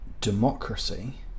democracy